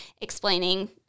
explaining